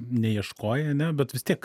neieškojai ane bet vis tiek